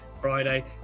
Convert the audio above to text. Friday